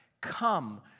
Come